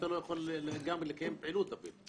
אתה לא יכול לקיים פעילות אפילו.